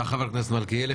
תודה לחבר הכנסת מלכיאלי.